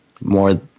more